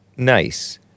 Nice